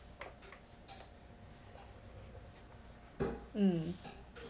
mm